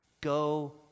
Go